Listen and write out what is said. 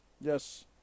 Yes